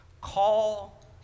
Call